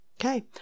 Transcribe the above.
Okay